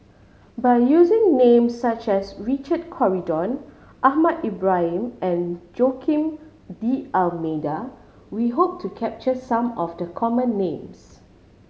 by using names such as Richard Corridon Ahmad Ibrahim and Joaquim D'Almeida we hope to capture some of the common names